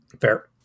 Fair